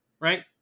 right